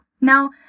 Now